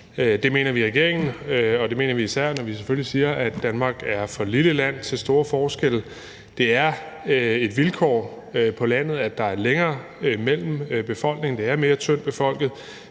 Det mener vi i regeringen, og det mener vi især, når vi selvfølgelig siger, at Danmark er for lille et land til store forskelle. Det er et vilkår på landet, at der er længere mellem folk, for det er mere tyndt befolket,